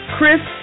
Chris